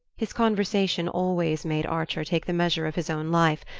his conversation always made archer take the measure of his own life,